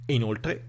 inoltre